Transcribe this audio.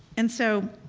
and so,